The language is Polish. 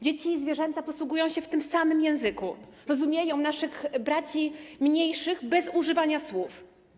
Dzieci i zwierzęta posługują się tym samym językiem, dzieci rozumieją naszych braci mniejszych bez używania słów.